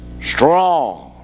strong